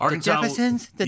Jeffersons